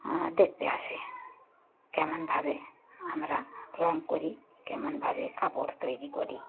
দেখতে আসে কেমনভাবে আমরা রঙ করি কেমনভাবে কাপড় তৈরি করি